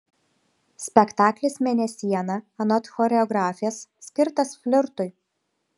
spektaklis mėnesiena anot choreografės skirtas flirtui